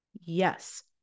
Yes